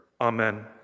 Amen